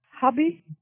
hobby